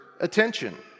attention